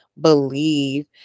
believe